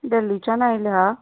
देल्लीच्यान आयला